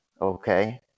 okay